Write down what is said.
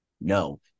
No